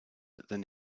than